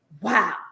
Wow